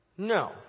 No